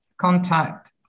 contact